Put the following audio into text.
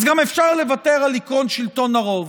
אז גם אפשר לוותר על עקרון שלטון הרוב.